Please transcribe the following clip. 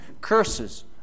Curses